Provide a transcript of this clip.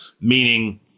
Meaning